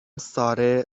ساره